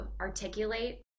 articulate